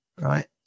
Right